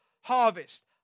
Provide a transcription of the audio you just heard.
harvest